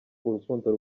urukundo